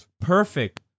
perfect